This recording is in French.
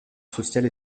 sociale